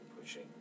pushing